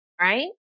right